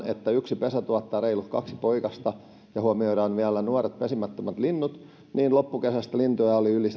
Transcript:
että yksi pesä tuottaa reilut kaksi poikasta ja huomioidaan vielä nuoret pesimättömät linnut niin loppukesästä lintuja oli yli